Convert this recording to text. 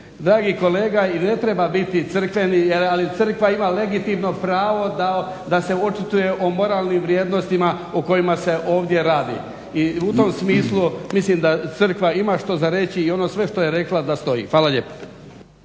Dragi kolega i ne treba biti crkveni, ali crkva ima legitimno pravo da se očituje o moralnim vrijednostima o kojima se ovdje radi i u tom smislu mislim da crkva ima što za reći i ono sve što je rekla da stoji. Hvala lijepo.